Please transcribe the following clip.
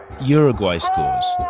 uruguay scores,